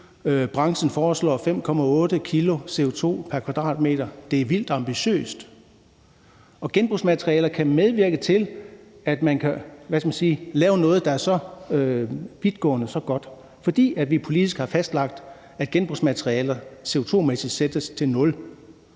Branchen foreslår 5,8 kg CO2 pr. kvadratmeter. Det er vildt ambitiøst. Genbrugsmaterialer kan medvirke til, at man kan lave noget, der er så vidtgående, så godt, fordi vi politisk har fastlagt, at genbrugsmaterialer CO2-mæssigt sættes til 0,